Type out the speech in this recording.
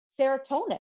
serotonin